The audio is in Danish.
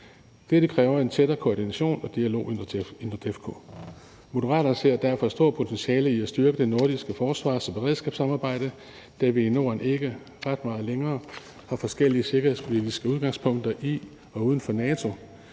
Dette kræver en tættere koordination og dialog i NORDEFCO. Moderaterne ser derfor et stort potentiale i at styrke det nordiske forsvars- og beredskabssamarbejde, da vi i Norden ikke ret meget længere har forskellige sikkerhedspolitiske udgangspunkter i og uden for NATO.